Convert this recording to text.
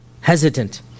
hesitant